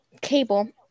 Cable